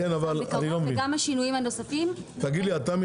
אני לא מבין.